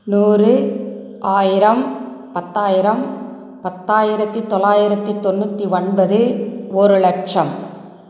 நூறு ஆயிரம் பத்தாயிரம் பத்தாயிரத்தி தொள்ளாயிரத்தி தொண்ணூற்றி ஒன்பது ஒரு லட்சம்